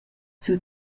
sil